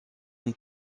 une